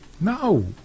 No